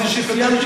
בקריה.